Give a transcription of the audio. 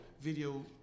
video